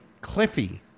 Cliffy